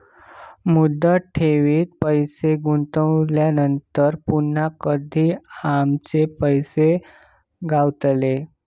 मुदत ठेवीत पैसे गुंतवल्यानंतर पुन्हा कधी आमचे पैसे गावतले?